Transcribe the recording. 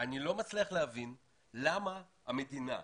אני לא מצליח להבין למה המדינה,